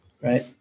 Right